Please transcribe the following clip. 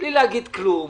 בלי להגיד כלום,